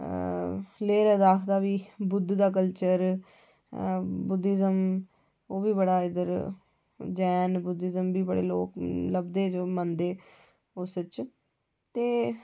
लेह लद्दाख बी बुध्द दा कल्चर बुध्दिज़म ओह् बी बड़ा इद्धर जैन बुध्दिज़म बी बड़े लोक लभदे ते मनदे उस च ते